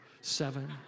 seven